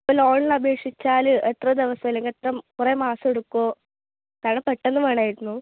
ഇപ്പോൾ ലോണിന് അപേഷിച്ചാൽ എത്ര ദിവസം അല്ലെങ്കിൽ എത്ര കുറേ മാസമെടുക്കുമോ കാരണം പെട്ടന്ന് വേണമായിരുന്നു